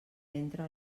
entra